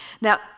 Now